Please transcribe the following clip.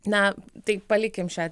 na tai palikim šią